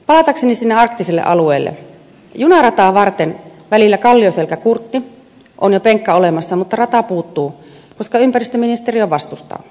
palatakseni sinne arktisille alueille junarataa varten välillä kallioselkäkurtti on jo penkka olemassa mutta rata puuttuu koska ympäristöministeriö vastustaa